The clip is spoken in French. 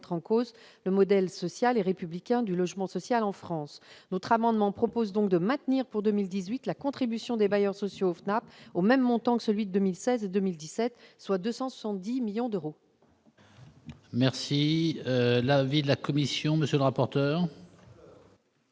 en cause le modèle social et républicain du logement social en France. Il s'agit donc de maintenir, pour 2018, la contribution des bailleurs sociaux au FNAP au même montant que celui de 2016 et 2017, soit 270 millions d'euros. Quel est l'avis de la commission ? Je ne veux